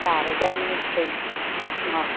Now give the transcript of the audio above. સારું બે મિનિટ થઈ ગઈ હં